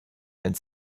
and